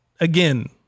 again